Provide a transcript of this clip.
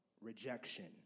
Rejection